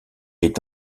est